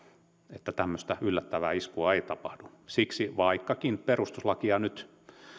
että tämmöistä yllättävää iskua ei tapahdu siksi vaikkakin perustuslakia nyt